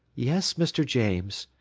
yes, mr. james,